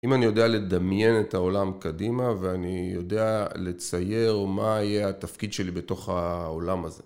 אם אני יודע לדמיין את העולם קדימה ואני יודע לצייר מה יהיה התפקיד שלי בתוך העולם הזה.